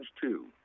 two